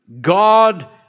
God